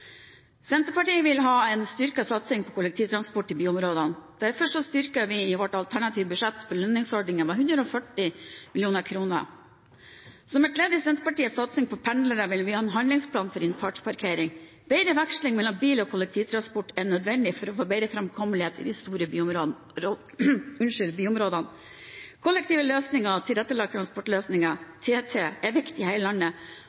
Senterpartiet vil ha en styrket satsing på kollektivtransport i byområdene. Derfor styrker vi i vårt alternative budsjett belønningsordningen med 140 mill. kr. Som et ledd i Senterpartiets satsing på pendlere vil vi ha en handlingsplan for innfartsparkering. Bedre veksling mellom bil og kollektivtransport er nødvendig for å få bedre framkommelighet i de store byområdene. Kollektive løsninger og tilrettelagte transportløsninger, TT, er viktig i hele landet.